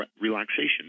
relaxation